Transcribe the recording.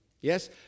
Yes